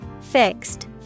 Fixed